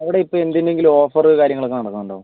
അവിടെയിപ്പോൾ എന്തിന്റെയെങ്കിലും ഓഫറ് കാര്യങ്ങളൊക്കെ നടക്കുന്നുണ്ടോ